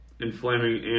inflaming